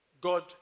God